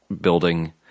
building